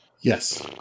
Yes